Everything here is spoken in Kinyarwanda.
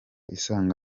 isaga